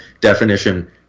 definition